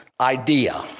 idea